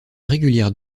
régulières